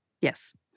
Yes